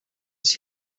است